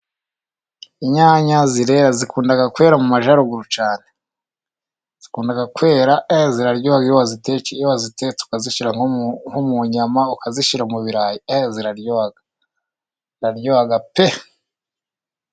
Inyanya zirera, zikunda kwera mu majyaruguru cyane, zikunda kwera, ziraryoha iyo wazitetse, iyo wazitetse ukazishyira nko mu nyama, ukazishyira mu birayi, ziraryoha, ziraryoha pe.